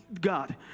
god